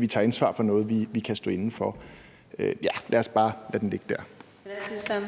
vi tager ansvar for noget, vi kan stå inde for. Lad os bare lade den ligge der.